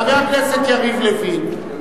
חבר הכנסת יריב לוין,